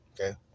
Okay